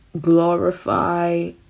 glorify